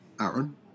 Aaron